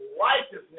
righteousness